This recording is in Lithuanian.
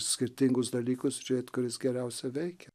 skirtingus dalykus žiūrėt kuris geriausia veikia